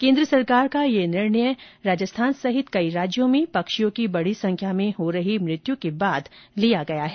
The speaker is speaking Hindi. केन्द्र सरकार का यह निर्णय राजस्थान सहित कई राज्यों में पक्षियों की बड़ी संख्या में हो रही मृत्यु के बाद लिया गया है